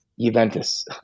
Juventus